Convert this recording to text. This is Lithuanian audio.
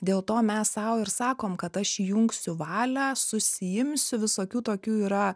dėl to mes sau ir sakom kad aš įjungsiu valią susiimsiu visokių tokių yra